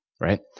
Right